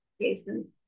Jason